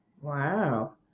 wow